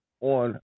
on